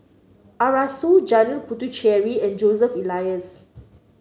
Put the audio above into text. Arasu Janil Puthucheary and Joseph Elias